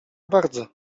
bardzo